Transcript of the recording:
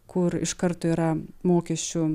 kur iš karto yra mokesčių